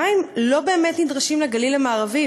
המים לא באמת נדרשים לגליל המערבי,